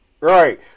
Right